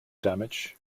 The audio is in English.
damage